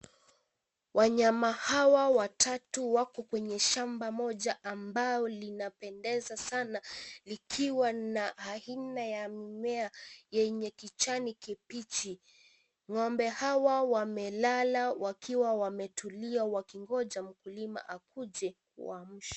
Wanyama hawa watatu wako kwenye shamba moja ambao linapendeza sana likiwa na aina ya mimea yenye kijani kibichi, ng'ombe hawa wamelala wakiwa wametulia wakingoja mkulima akuje waamshwe.